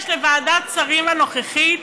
יש לוועדת שרים הנוכחית